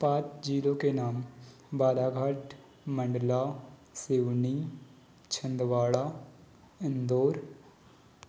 पाँच ज़िलों के नाम बरघाट मण्डला सिवनी छंदवाड़ा इंदौर